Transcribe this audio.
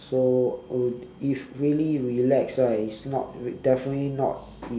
so uh if really relax right it's not definitely not in